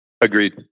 Agreed